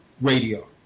Radio